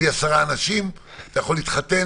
בלי 10 אנשים אתה יכול לא יכול להתחתן.